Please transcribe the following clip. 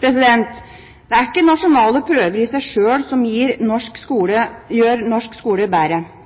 Det er ikke nasjonale prøver i seg sjøl som gjør norsk skole bedre. Det er kartleggingsprøver og enkeltresultater som gjør